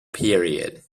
period